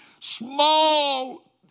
small